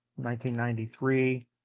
1993